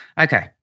Okay